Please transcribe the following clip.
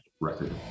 record